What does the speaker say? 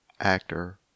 Actor